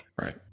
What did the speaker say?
Right